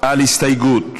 על הסתייגות מס'